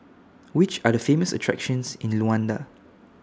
Which Are The Famous attractions in Luanda